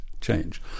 change